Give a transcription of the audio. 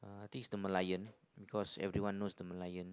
I think is the Merlion because knows the Merlion